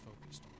focused